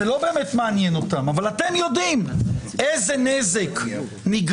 זה לא באמת מעניין אותם אבל אתם יודעים איזה נזק נגרם